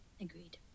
Agreed